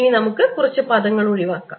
ഇനി നമുക്ക് കുറച്ച് പദങ്ങൾ ഒഴിവാക്കാം